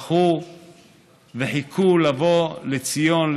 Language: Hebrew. בכו וחיכו לבוא לציון,